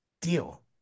Deal